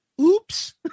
oops